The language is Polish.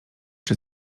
czy